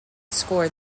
score